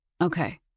Okay